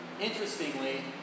Interestingly